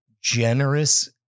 generous